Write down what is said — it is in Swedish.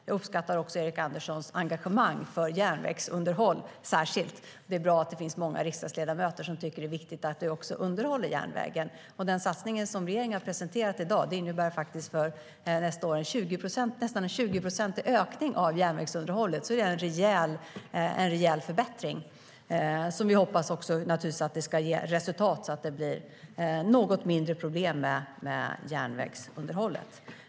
Jag uppskattar också Erik Anderssons engagemang för järnvägsunderhåll. Det är bra att det finns många riksdagsledamöter som tycker att det är viktigt att underhålla järnvägen. Den satsning som regeringen har presenterat i dag innebär för nästa år en nästan 20-procentig ökning av järnvägsunderhållet. Det är en rejäl förbättring, som vi hoppas ska ge resultat så att det blir något färre problem med järnvägsunderhållet.